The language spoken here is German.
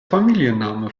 familienname